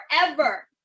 forever